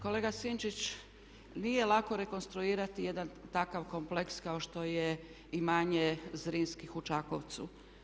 Kolega Sinčić, nije lako rekonstruirati jedan takav kompleks kao što je imanje Zrinskih u Čakovcu.